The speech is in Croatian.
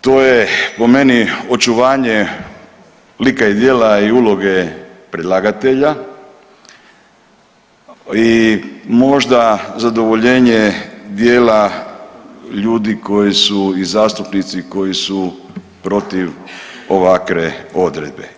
to je po meni očuvanje lika i djela i uloge predlagatelja i možda zadovoljenje dijela ljudi koji su i zastupnici koji su protiv ovakve odredbe.